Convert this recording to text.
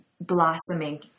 blossoming